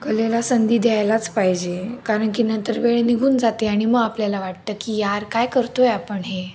कलेला संधी द्यायलाच पाहिजे कारण की नंतर वेळ निघून जाते आणि मग आपल्याला वाटतं की यार काय करतो आहे आपण हे